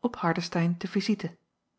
op hardestein te visite